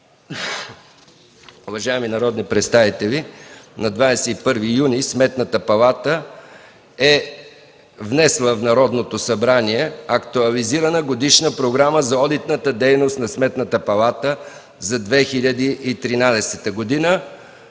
Уважаеми народни представители, на 21 юни 2013 г. Сметната палата е внесла в Народното събрание актуализирана Годишна програма за одитната дейност на Сметната палата за 2013 г.